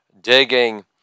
digging